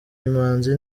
imanzi